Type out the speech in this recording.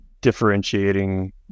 differentiating